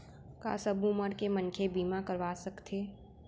का सब उमर के मनखे बीमा करवा सकथे?